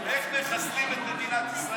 על איך מחסלים את מדינת ישראל,